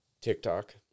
TikTok